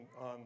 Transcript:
on